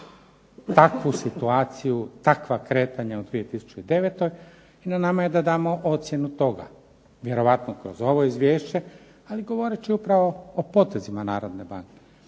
takvu situaciju, takva kretanja u 2009. i na nama je da damo ocjenu toga vjerojatno kroz ovo izvješće, ali govoreći upravo o potezima narodne banke,